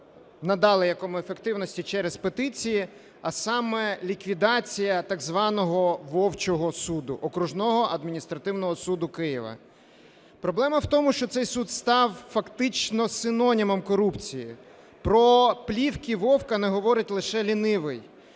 надали якому ефективності через петиції, а саме ліквідація так званого "вовчого" суду, Окружного адміністративного суду Києва. Проблема в тому, що цей суд став фактично синонімом корупції., про плівки Вовка не говорить лише лінивий.